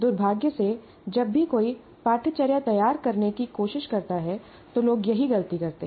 दुर्भाग्य से जब भी कोई पाठ्यचर्या तैयार करनी होती है तो लोग यही गलती करते हैं